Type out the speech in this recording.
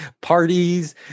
parties